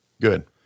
Good